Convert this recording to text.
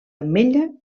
ametlla